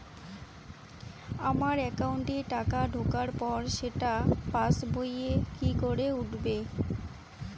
আমার একাউন্টে টাকা ঢোকার পর সেটা পাসবইয়ে কি করে উঠবে?